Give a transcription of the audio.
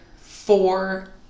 four